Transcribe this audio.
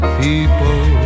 people